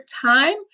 Time